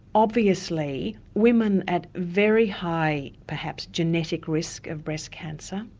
obviously women at very high, perhaps genetic risk of breast cancer,